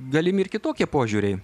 galimi ir kitokie požiūriai